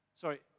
sorry